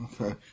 Okay